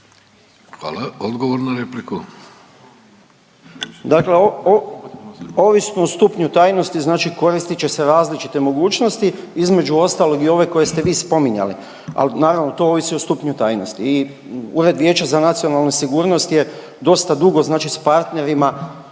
Hvala, odgovor na repliku. **Nekić, Darko** Dakle ovisno o stupnju tajnosti, znači koristit će se različite mogućnosti. Između ostalog i ove koje ste vi spominjali, ali naravno to ovisi o stupnju tajnosti. I ured Vijeća za nacionalnu sigurnost je dosta dugo znači s partnerima